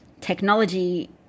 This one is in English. technology